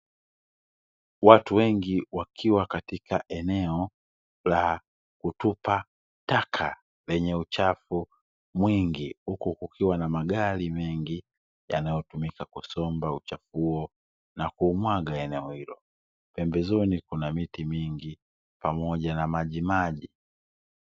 Watu wengi wakiwa katika eneo la kutupa taka lenye uchafu mwingi huku kukiwa na magari mengi yanayotumika kusomba uchafu huo na kuumwaga eneo hilo, pembezoni kuna miti mingi pamoja na majimaji.